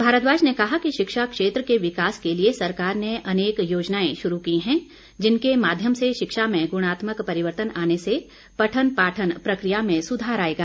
भारद्वाज ने कहा कि शिक्षा क्षेत्र के विकास के लिए सरकार ने अनेक योजनाएं शुरू की हैं जिनके माध्यम से शिक्षा में गुणात्मक परिवर्तन आने से पठन पाठन प्रक्रिया में सुधार आएगा